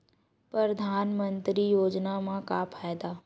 परधानमंतरी योजना म का फायदा?